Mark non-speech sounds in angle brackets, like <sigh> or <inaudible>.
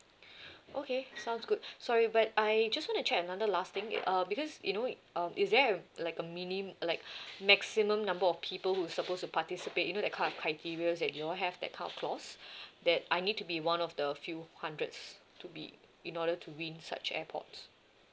<breath> okay sounds good sorry but I just wanna check another last thing uh because you know um is there a like a minim~ like maximum number of people who supposed to participate you know that kind of criterias that you all have that kind of clause that I need to be one of the few hundreds to be in order to win such airpods